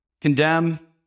condemn